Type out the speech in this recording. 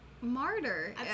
Martyr